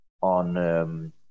on